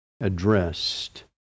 addressed